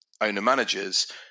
owner-managers